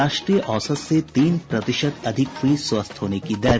राष्ट्रीय औसत से तीन प्रतिशत अधिक हुई स्वस्थ होने की दर